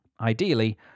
Ideally